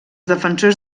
defensors